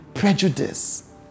Prejudice